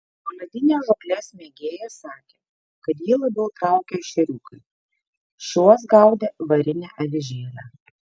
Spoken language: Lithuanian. poledinės žūklės mėgėjas sakė kad jį labiau traukia ešeriukai šiuos gaudė varine avižėle